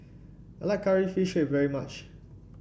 I like curry fish is very much